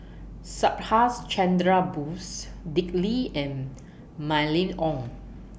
Subhas Chandra Bose Dick Lee and Mylene Ong